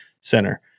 center